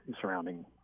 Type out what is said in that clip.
surrounding